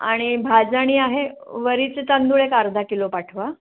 आणि भाजणी आहे वरीचे तांदूळ एक अर्धा किलो पाठवा